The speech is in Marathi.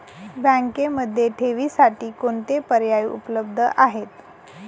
बँकेमध्ये ठेवींसाठी कोणते पर्याय उपलब्ध आहेत?